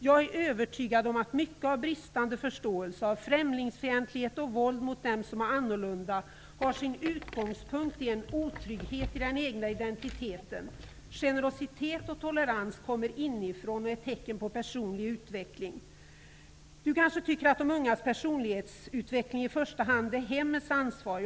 Jag är övertygad om att mycket av bristande förståelse, främlingsfientlighet och våld mot den som är annorlunda har sin utgångspunkt i en otrygghet i den egna identiteten. Generositet och tolerans kommer inifrån och är tecken på personlig utveckling. Någon kanske tycker att de ungas personlighetsutveckling i första hand är hemmens ansvar.